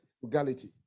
frugality